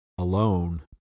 alone